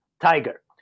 tiger